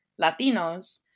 Latinos